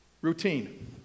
Routine